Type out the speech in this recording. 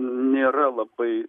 nėra labai